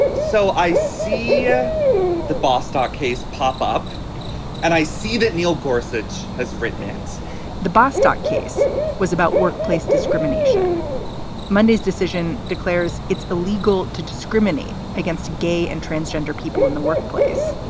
so i see ah the bostock case pop up and i see that neil gorsuch has written it's the boston case was about workplace discrimination monday's decision declares it's illegal to discriminate against gay and transgender people in the workplace.